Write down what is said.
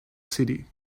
city